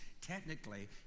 technically